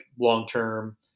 long-term